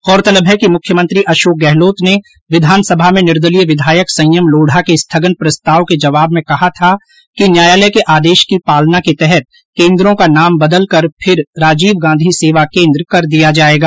गौरतलब है कि मुख्यमंत्री अशोक गहलोत ने विधानसभा में निर्दलीय विधायक संयम लोढ़ा के स्थगन प्रस्ताव के जवाब में कहा था कि न्यायालय के आदेश की पालना के तहत केन्द्रों का नाम बदलकर फिर राजीव गांधी सेवा केन्द्र कर दिया जायेगा